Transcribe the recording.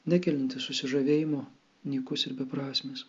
nekeliantis susižavėjimo nykus ir beprasmis